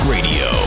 Radio